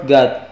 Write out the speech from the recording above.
God